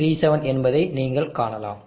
7837 என்பதை நீங்கள் காணலாம்